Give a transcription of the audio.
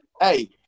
hey